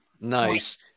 Nice